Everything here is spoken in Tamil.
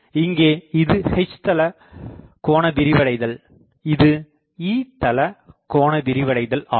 இங்கே இது H தள கோண விரிவடைதல் இது E தள கோண விரிவடைதல் ஆகும்